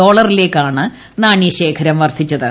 ഡോളറിലേക്കാണ് നാണ്യശേഖരം വർദ്ധിച്ചത്